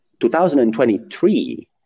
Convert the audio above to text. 2023